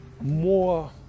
more